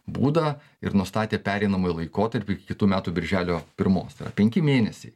būdą ir nustatė pereinamąjį laikotarpį iki kitų metų birželio pirmos tai yra penki mėnesiai